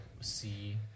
see